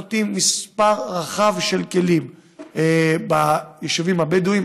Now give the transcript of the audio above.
אנחנו נותנים מספר גדול של כלים ביישובים הבדואיים.